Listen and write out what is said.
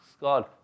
God